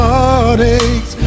Heartaches